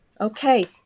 Okay